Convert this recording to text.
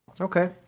Okay